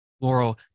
Laurel